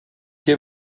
que